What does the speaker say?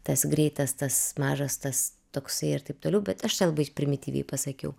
tas greitas tas mažas tas toksai ir taip toliau bet aš čia labai primityviai pasakiau